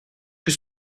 plus